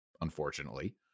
unfortunately